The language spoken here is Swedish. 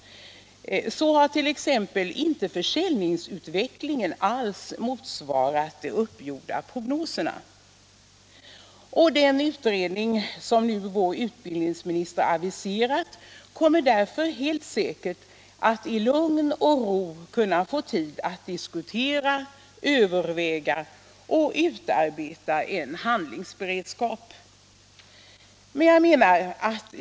Så har t.ex. försäljningsutvecklingen inte alls motsvarat de uppgjorda prognoserna. Den utredning som vår utbildningsminister nu aviserat kommer därför helt säkert att i lugn och ro få tid att diskutera, överväga och utarbeta en handlingsberedskap.